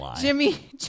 Jimmy